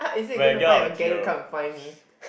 ah is it you gonna find your gang to go and come find me